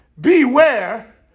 beware